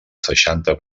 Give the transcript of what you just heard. seixanta